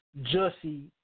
Jussie